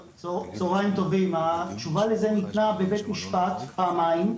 התשובה לזה ניתנה בבית-משפט פעמיים.